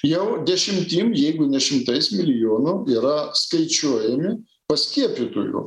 jau dešimtim jeigu ne šimtais milijonų yra skaičiuojami paskiepytųjų